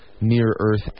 near-Earth